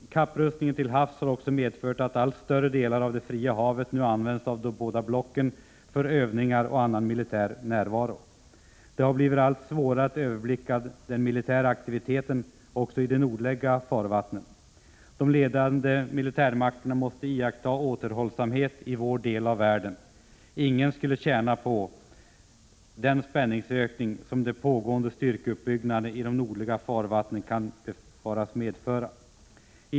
Kapprustningen till havs har också medfört att allt större delar av det fria havet nu används av båda blocken för övningar och annan militär närvaro. Det har blivit allt svårare att överblicka den militära aktiviteten också i de nordliga farvattnen. De ledande militärmakterna måste iaktta återhållsamhet i vår del av världen. Ingen skulle tjäna på den spänningsökning som den pågående styrkeuppbyggnaden i de nordliga farvattnen kan befaras medföra.